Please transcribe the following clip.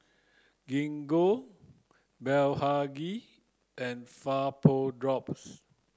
Gingko Blephagel and